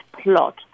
plot